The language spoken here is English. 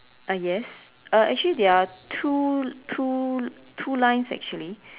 uh yes uh actually there are two two two lines actually